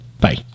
bye